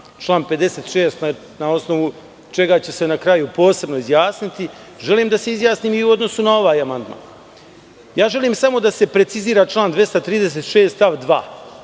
član 56. na osnovu čega će se na kraju posebno izjasniti. Želim da se izjasnim i u odnosu na ovaj amandman. Želim da se samo precizira član 236. stav 2.